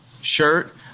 shirt